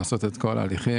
לעשות את כל ההליכים.